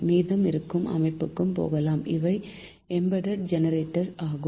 மீதம் இருக்கும் அமைப்புக்கு போகலாம் இவை எம்பேடெட் ஜெனெரேட்டர்ஸ் ஆகும்